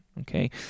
okay